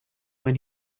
when